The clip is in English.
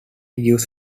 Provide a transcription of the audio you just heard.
gives